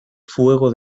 fuego